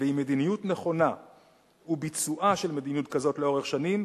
ועם מדיניות נכונה וביצועה של מדיניות כזאת לאורך שנים,